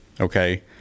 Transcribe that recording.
okay